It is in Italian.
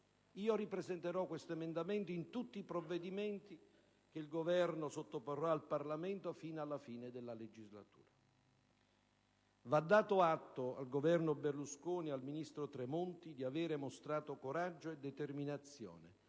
Io ripresenterò questo emendamento in tutti i provvedimenti che il Governo sottoporrà al Parlamento fino alla fine della legislatura. Va dato atto al Governo Berlusconi e al ministro Tremonti di aver mostrato coraggio e determinazione